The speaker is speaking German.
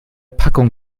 packung